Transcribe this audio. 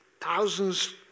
thousands